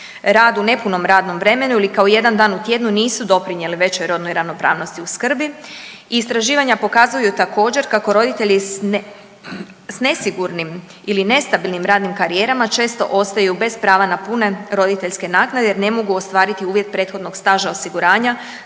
rad u nepunom radnom vremenu ili kao jedan dan u tjednu nisu doprinijeli većoj rodnoj ravnopravnosti u skrbi. I istraživanja pokazuju također kako roditelji s nesigurnim ili nestabilnim radnim karijerama često ostaju bez prava na pune roditeljske naknade jer ne mogu ostvariti uvjet prethodnog staža osiguranja